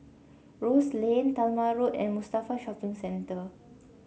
Rose Lane Talma Road and Mustafa Shopping Centre